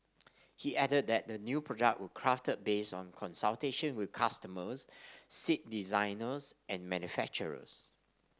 he added that the new product were crafted based on consultation with customers seat designers and manufacturers